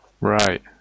Right